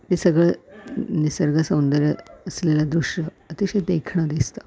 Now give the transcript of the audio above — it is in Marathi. हे सगळं निसर्ग सौंदर्य असलेला दृश्य अतिशय देखणं दिसतं